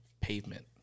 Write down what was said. pavement